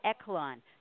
echelon